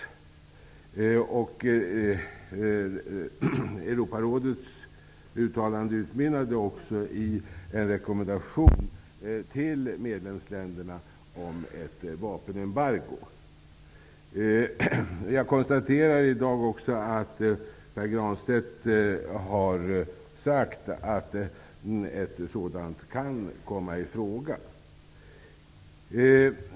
Europarådets uttalande utmynnade också i en rekommendation till medlemsländerna om ett vapenembargo. Jag konstaterar i dag också att Pär Granstedt har sagt att ett sådant kan komma i fråga.